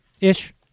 ish